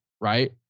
right